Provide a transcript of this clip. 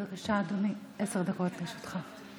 בבקשה, אדוני, עשר דקות לרשותך.